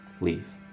leave